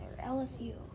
LSU